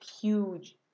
huge